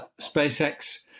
SpaceX